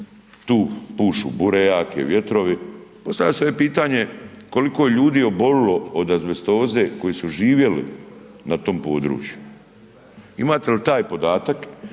tu pušu bure jake, vjetrovi, postavlja se pitanje koliko je ljudi obolilo od azbestoze koji su živjeli na tom području? Imate li taj podatak?